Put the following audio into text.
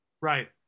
Right